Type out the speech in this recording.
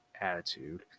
attitude